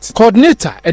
Coordinator